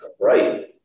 right